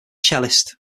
cellist